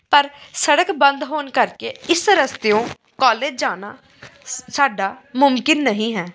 ਪਰ ਸੜਕ ਬੰਦ ਹੋਣ ਕਰਕੇ ਇਸ ਰਸਤਿਓਂ ਕੋਲੇਜ ਜਾਣਾ ਸ ਸਾਡਾ ਮੁਮਕਿਨ ਨਹੀਂ ਹੈ